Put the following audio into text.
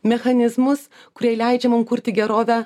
mechanizmus kurie leidžia mum kurti gerovę